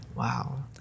wow